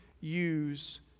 use